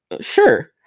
sure